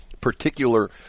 particular